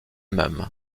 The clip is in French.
même